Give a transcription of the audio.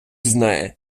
знає